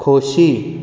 खोशी